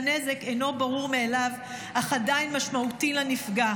הנזק אינו ברור מאליו אך עדיין משמעותי לנפגע.